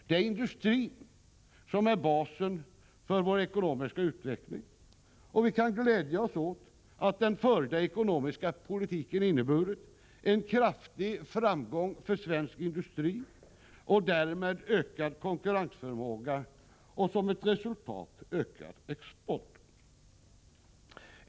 Det är industrin som är basen för vår ekonomiska utveckling, och vi kan glädja oss åt att den förda ekonomiska politiken inneburit en kraftig framgång för svensk industri och därmed ökad konkurrensförmåga samt som ett resultat ökad export.